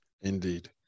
Indeed